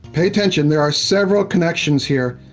pay attention, there are several connections here.